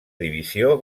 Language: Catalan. divisió